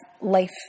life